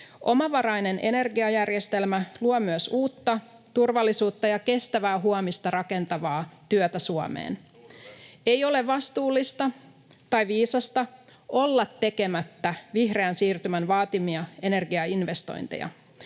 Omavarainen energiajärjestelmä luo myös uutta, turvallisuutta ja kestävää huomista rakentavaa työtä Suomeen. [Juha Mäenpää: Turve!] Ei ole vastuullista tai viisasta olla tekemättä vihreän siirtymän vaatimia energiainvestointeja.